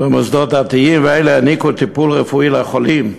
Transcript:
במוסדות דתיים, ואלו העניקו טיפול רפואי לחולים.